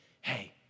hey